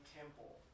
temple